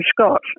Scott